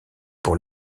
pour